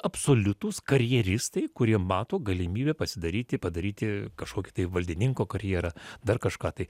absoliutūs karjeristai kurie mato galimybę pasidaryti padaryti kažkokį tai valdininko karjerą dar kažką tai